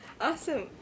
Awesome